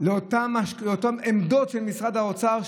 לאותן עמדות של משרד האוצר,